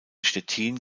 stettin